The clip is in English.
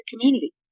community